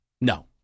No